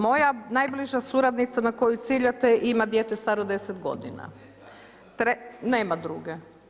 Moja najbliža suradnica na koju ciljate ima dijete staro 10 godina. … [[Upadica se ne čuje.]] Nema druge.